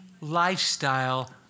lifestyle